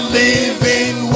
living